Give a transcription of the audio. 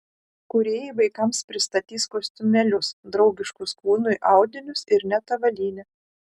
kūrėjai vaikams pristatys kostiumėlius draugiškus kūnui audinius ir net avalynę